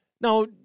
Now